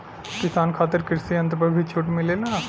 किसान खातिर कृषि यंत्र पर भी छूट मिलेला?